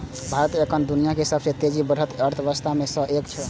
भारत एखन दुनियाक सबसं तेजी सं बढ़ैत अर्थव्यवस्था मे सं एक छै